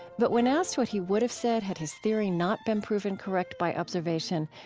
but when asked what he would have said had his theory not been proven correct by observation,